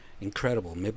Incredible